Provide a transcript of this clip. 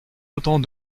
autant